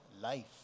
life